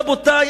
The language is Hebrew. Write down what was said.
רבותי,